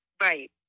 Right